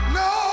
no